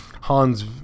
Hans